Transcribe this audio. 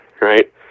right